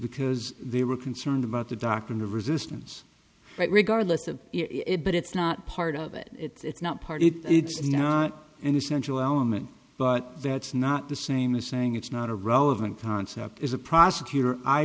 because they were concerned about the doctrine of resistance regardless of it but it's not part of it it's not part it it's not an essential element but that's not the same as saying it's not a relevant concept is a prosecutor i